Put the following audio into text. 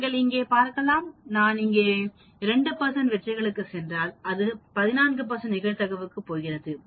நீங்கள் இங்கே பார்க்கலாம் நான் இங்கே 2 வெற்றிகளுக்குச் சென்றால் அது இன்னும் 14 நிகழ்தகவுக்குப் போகிறது